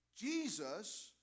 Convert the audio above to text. Jesus